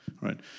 right